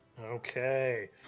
Okay